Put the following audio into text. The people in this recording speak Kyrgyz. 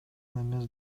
эмес